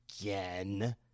again